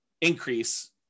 increase